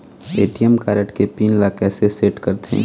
ATM card के pin ला कैसे सेट करथे?